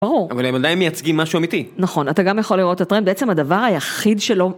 ברור. אבל הם עדיין מייצגים משהו אמיתי. נכון, אתה גם יכול לראות, אתה רואה, בעצם הדבר היחיד שלו...